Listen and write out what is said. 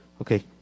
Okay